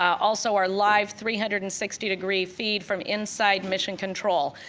also, our live three hundred and sixty degree feed from inside mission control.